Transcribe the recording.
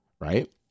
right